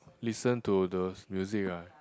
listen to those music ah